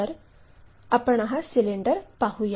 तर आपण हा सिलेंडर पाहूया